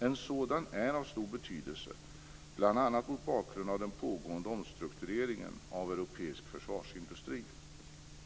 En sådan är av stor betydelse, bl.a. mot bakgrund av den pågående omstruktureringen av europeisk försvarsindustri.